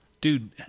Dude